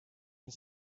his